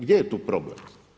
Gdje je tu problem?